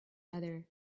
other